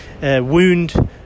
wound